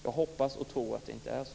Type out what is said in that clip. Jag hoppas och tror att det inte är så.